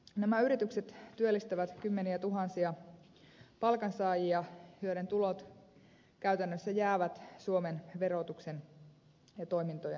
nämä yritykset työllistävät kymmeniätuhansia palkansaajia joiden tulot käytännössä jäävät suomen verotuksen ja toimintojen ulkopuolelle